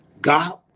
god